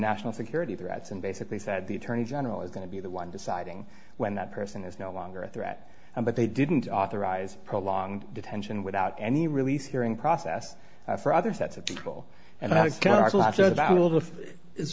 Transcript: national security threats and basically said the attorney general is going to be the one deciding when that person is no longer a threat and but they didn't authorize prolonged detention without any release hearing process for other sets of people and i